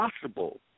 possible